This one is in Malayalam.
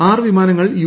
ആറ് വിമാനങ്ങൾ യു